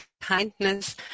kindness